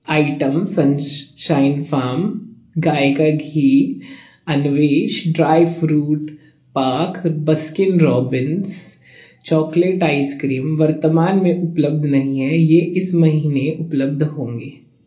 item sunshine farm गाय का घी अन्वेषण ड्राई फ्रूट पैक और बास्किन रोब्बिंस चॉकलेट आइसक्रीम वर्तमान में उपलब्ध नहीं हैं यह इस महीने उपलब्ध होंगे